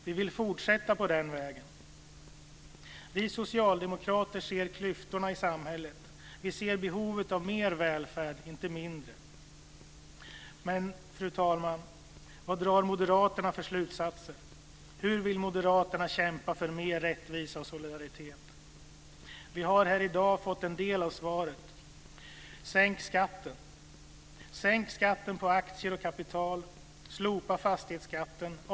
Vi vill fortsätta på den vägen. Vi socialdemokrater ser klyftorna i samhället. Vi ser behovet av mer välfärd, inte mindre. Men, fru talman, vad drar moderaterna för slutsatser? Hur vill moderaterna kämpa för mer rättvisa och solidaritet? Vi har här i dag fått en del av svaret: Sänk skatten! Sänk skatten på aktier och kapital! Slopa fastighetsskatten!